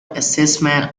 assessment